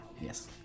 Yes